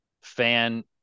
fan –